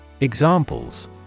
Examples